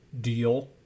deal